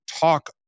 talk